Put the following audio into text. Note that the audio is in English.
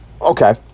okay